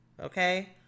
okay